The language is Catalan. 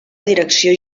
direcció